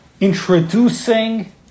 Introducing